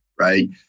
right